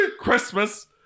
Christmas